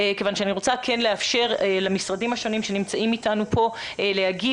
כיוון שאני רוצה לאפשר למשרדים השונים שנמצאים איתנו פה להגיב.